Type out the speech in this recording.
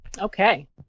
Okay